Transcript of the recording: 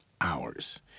hours